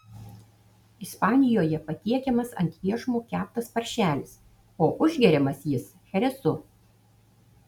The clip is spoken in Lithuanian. ispanijoje patiekiamas ant iešmo keptas paršelis o užgeriamas jis cheresu